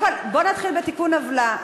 קודם כול, בוא נתחיל בתיקון עוולה.